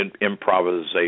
improvisation